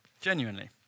Genuinely